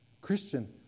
Christian